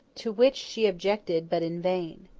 to which she objected, but in vain.